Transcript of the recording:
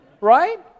Right